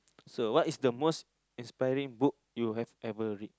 so what is the most inspiring book you have ever read